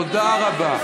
תודה רבה.